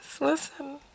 Listen